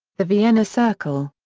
the vienna circle.